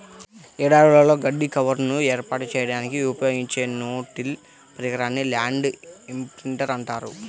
ఎడారులలో గడ్డి కవర్ను ఏర్పాటు చేయడానికి ఉపయోగించే నో టిల్ పరికరాన్నే ల్యాండ్ ఇంప్రింటర్ అంటారు